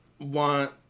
want